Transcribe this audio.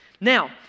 Now